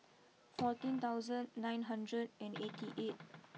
I am particular about my Kuih Bingka Ubi